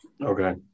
okay